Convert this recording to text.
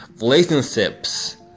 Relationships